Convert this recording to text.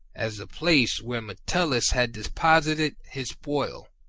as the place where metellus had deposited his spoil,